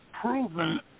proven